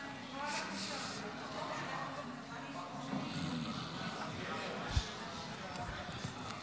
חבר הכנסת ששון גואטה, זה מפריע.